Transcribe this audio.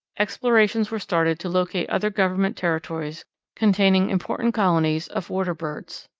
explorations were started to locate other government territories containing important colonies of water birds.